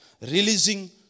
releasing